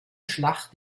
schlacht